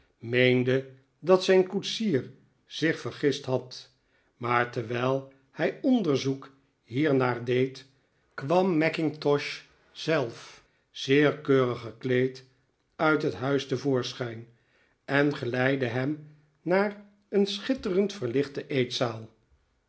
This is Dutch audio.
meende dat zijn koetsier zich vergist had maar terwijl hij onderzoek hiernaar deed kwam mackintosh zelf zeer keurig gekleed uit het huis te voorschijn en geleidde hem naar een schitterend verlichte eetzaal